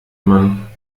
man